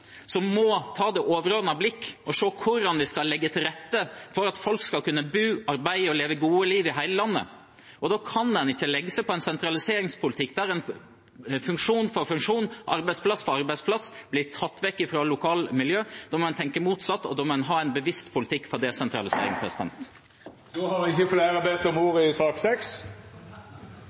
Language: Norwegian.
som må ha et overordnet blikk og se hvordan vi skal legge til rette for at folk skal kunne bo, arbeide og leve gode liv i hele landet. Da kan man ikke legge seg på en sentraliseringspolitikk der funksjon for funksjon, arbeidsplass for arbeidsplass blir tatt vekk fra lokalmiljø. Da må man tenke motsatt, og da må man ha en bevisst politikk mot desentralisering. Fleire har ikkje bedt om ordet til sak